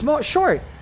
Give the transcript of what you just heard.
Short